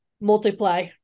Multiply